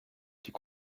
fit